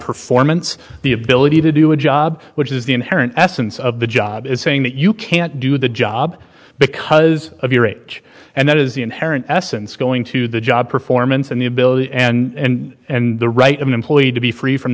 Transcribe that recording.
performance the ability to do a job which is the inherent essence of the job is saying that you can't do the job because of your age and that is the inherent essence going to the job performance and the ability and and the right of an employee to be free from